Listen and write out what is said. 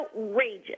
outrageous